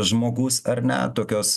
žmogus ar ne tokios